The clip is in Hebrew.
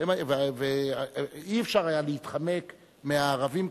אי-אפשר היה להתחמק מהערבים,